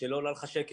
שלא עולה לך שקל.